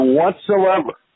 whatsoever